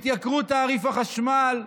עליית תעריף החשמל.